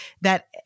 that-